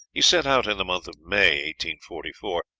he set out in the month of may forty four,